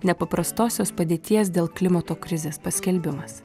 nepaprastosios padėties dėl klimato krizės paskelbimas